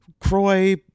Croy